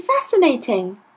fascinating